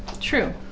True